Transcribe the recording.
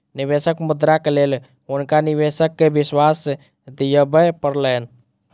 निवेशक मुद्राक लेल हुनका निवेशक के विश्वास दिआबय पड़लैन